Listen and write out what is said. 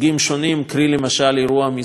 למשל אירוע מסוג עברונה,